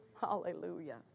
hallelujah